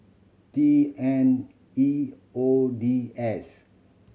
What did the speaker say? T N E O D S